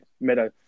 Meadow